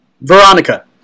Veronica